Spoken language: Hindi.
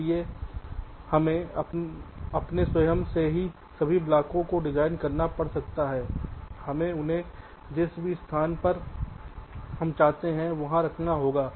इसलिए हमें अपने स्वयं से सभी ब्लॉकों को डिज़ाइन करना पड़ सकता है हमें उन्हें जिस भी स्थान पर हम चाहते हैं वहां रखना होगा